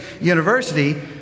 University